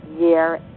year